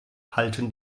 halten